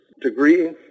degree